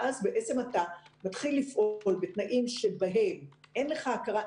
ואז בעצם אתה מתחיל לפעול בתנאים שבהם אין לך הכרה,